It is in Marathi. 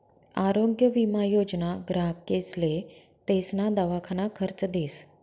आरोग्य विमा योजना ग्राहकेसले तेसना दवाखाना खर्च देस